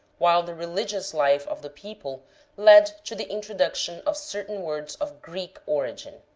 while the religious life of the people led to the introduction of certain words of greek origin.